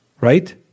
Right